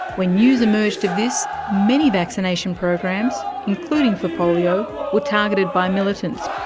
when news emerged of this, many vaccination programs, including for polio, were targeted by militants,